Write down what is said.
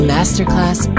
Masterclass